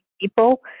people